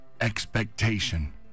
expectation